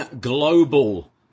global